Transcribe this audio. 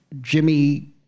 Jimmy